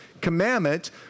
commandment